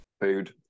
food